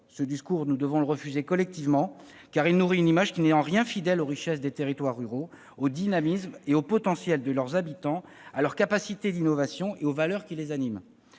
Ce discours, nous devons le refuser collectivement, car il nourrit une image qui n'est en rien fidèle aux richesses des territoires ruraux, au dynamisme et au potentiel de leurs habitants, à leur capacité d'innovation et aux valeurs qui les animent.